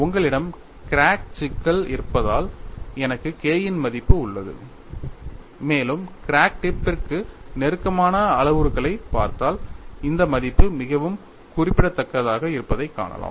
உங்களிடம் கிராக் சிக்கல் இருப்பதால் எனக்கு K இன் மதிப்பு உள்ளது மேலும் கிராக் டிப் பிற்கு நெருக்கமான அளவுருக்களைப் பார்த்தால் இந்த மதிப்பு மிகவும் குறிப்பிடத்தக்கதாக இருப்பதைக் காணலாம்